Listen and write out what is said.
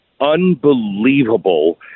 unbelievable